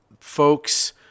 folks